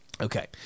Okay